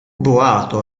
boato